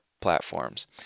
platforms